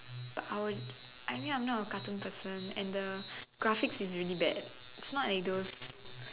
I will I mean I'm not a cartoon person and the graphics is really bad it's not like those